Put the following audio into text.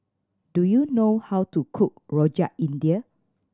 do you know how to cook Rojak India